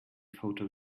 photo